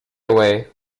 away